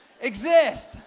exist